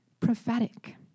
Prophetic